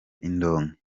indonke